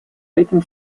этим